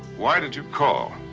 why did you call?